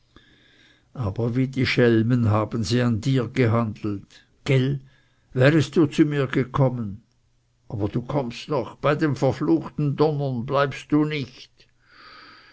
aber wie die schelmen haben sie an dir gehandelt gäll wärest du zu mir gekommen aber du kommst noch bei den verfluchten donnern bleibst du nicht